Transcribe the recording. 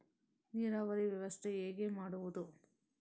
ನೀರಾವರಿ ವ್ಯವಸ್ಥೆ ಹೇಗೆ ಮಾಡುವುದು?